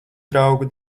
draugu